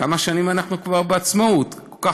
כמה